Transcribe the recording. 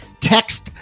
text